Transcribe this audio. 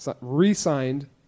re-signed